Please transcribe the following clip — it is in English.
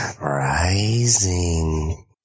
Rising